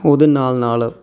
ਉਹਦੇ ਨਾਲ ਨਾਲ